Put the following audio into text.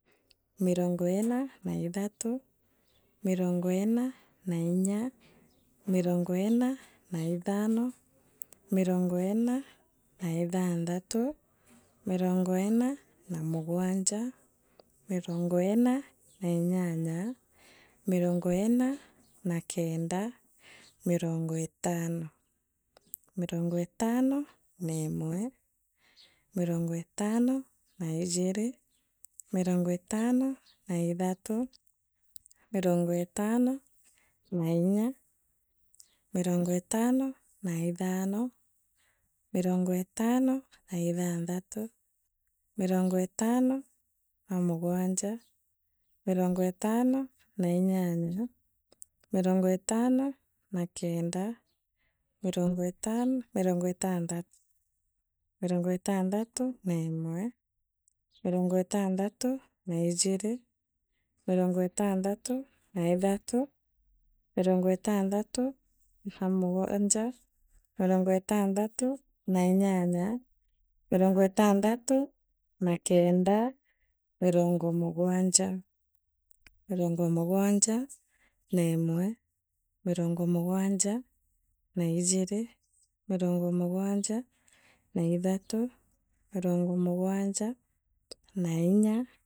Mirongo ina na ithatu, mirongo ina na inya, mirongo ina na ithano, mirongo ina na ithanthatu, mirongo ina na mugwanja, mirongo ina na inyanya, mirongo ina na kenda, mirongo itano, mirongo itano na imwe, mirongo itano na ijiri, mirongo itano na ithatu, mirongo itano na inne, mirongo itano na ithano, mirongo itano na ithanthatu, mirongo itano na mugwanja mirongo, itano na inyanya, mirongo itano na kenda, mirongo itano mirongo itanthatu. mirongo itanthatu na imwe, mirongo itanthatu na ijiri, mirongo itanthatu na ithatu, mirongo ithanthatu na mugwanja, mirongo itanthatu na inyanya, mirongo itanthatu na kenda, mirongo mugwanja, mirongo mugwanja neemwe, mirongo mugwanja na ijiri. mirongo mugwanja na ithatu. mirongo mugwanja na inya.